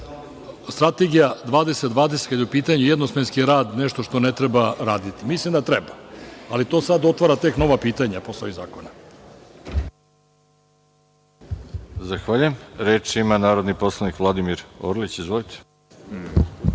Strategija 2020 kad je u pitanju jednosmenski rad nešto što ne treba raditi. Mislim da treba, ali to sad otvara tek nova pitanja posle ovih zakona. **Đorđe Milićević** Zahvaljujem. Reč ima narodni poslanik Vladimir Orlić. Izvolite.